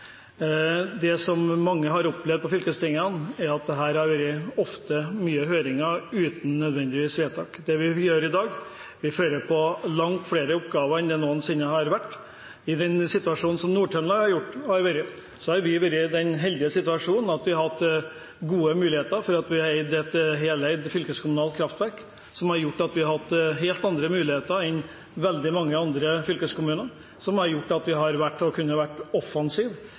fylkesting. Det mange har opplevd på fylkestingene, er at det ofte har vært mange høringer uten nødvendigvis vedtak. Det vi gjør i dag, er å tilføre langt flere oppgaver enn det noensinne har vært. Nord-Trøndelag har vært i den heldige situasjonen at vi har hatt gode muligheter fordi vi har hatt et heleid fylkeskommunalt kraftverk, som har gjort at vi har hatt helt andre muligheter enn veldig mange andre fylkeskommuner, og som har gjort at vi har kunnet være offensive i mange sammenhenger. Men når det gjelder nettopp det som vi gjør i dag ved å tilføre enda flere oppgaver, kunne det vært